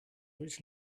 which